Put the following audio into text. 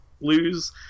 lose